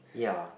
ya